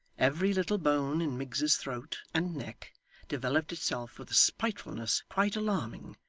every little bone in miggs's throat and neck developed itself with a spitefulness quite alarming,